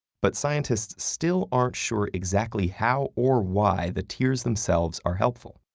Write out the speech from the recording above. but scientists still aren't sure exactly how or why the tears themselves are helpful.